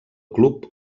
club